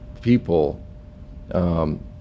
people